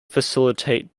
facilitate